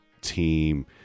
team